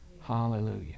Hallelujah